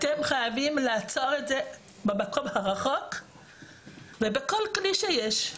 אתם חייבים לעצור את זה במקום הרחוק ובכל כלי שיש.